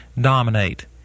dominate